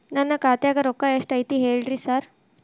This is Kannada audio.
ನನ್ ಖಾತ್ಯಾಗ ರೊಕ್ಕಾ ಎಷ್ಟ್ ಐತಿ ಹೇಳ್ರಿ ಸಾರ್?